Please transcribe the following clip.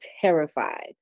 terrified